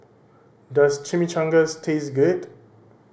does Chimichangas taste good